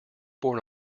born